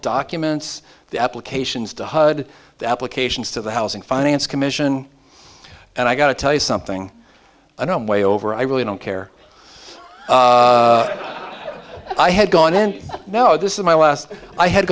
documents the applications to hud the applications to the housing finance commission and i got to tell you something i don't way over i really don't care i had gone then no this is my last i had